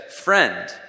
Friend